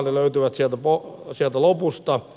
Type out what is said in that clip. ne löytyvät sieltä lopusta